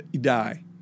die